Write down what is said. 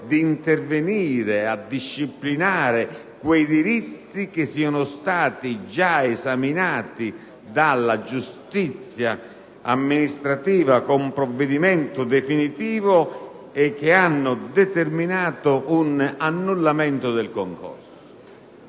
di intervenire a disciplinare quei diritti che siano stati già esaminati dalla giustizia amministrativa con provvedimento definitivo e che hanno determinato un annullamento del concorso.